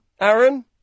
Aaron